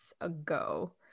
ago